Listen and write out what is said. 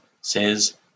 says